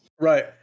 right